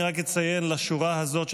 אני רק אציין לשורה הזאת,